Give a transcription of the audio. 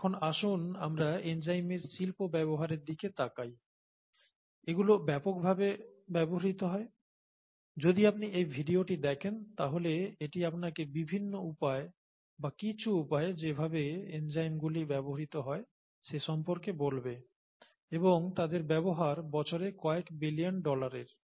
এখন আসুন আমরা এনজাইমের শিল্প ব্যবহারের দিকে তাকাই এগুলো ব্যাপকভাবে ব্যবহৃত হয় যদি আপনি এই ভিডিওটি দেখেন তাহলে এটি আপনাকে বিভিন্ন উপায় বা কিছু উপায় যেভাবে এনজাইমগুলি ব্যবহৃত হয় সে সম্পর্কে বলবে এবং তাদের ব্যবহার বছরে কয়েক বিলিয়ন ডলারের